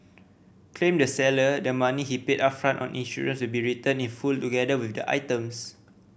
claimed the seller the money he paid upfront on insurance will be returned in full together with the items